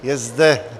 Je zde...